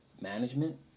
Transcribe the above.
management